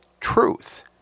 truth